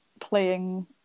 playing